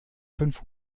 fünf